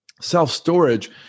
self-storage